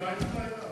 מתי זה היה?